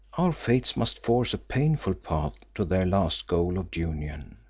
our fates must force a painful path to their last goal of union.